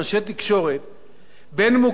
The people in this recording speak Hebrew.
בין שהוא כתב בין שהוא עורך,